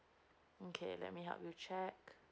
okay let me help you check